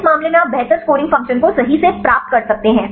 इस मामले मैं आप बेहतर स्कोरिंग फ़ंक्शन को सही से प्राप्त कर सकते हैं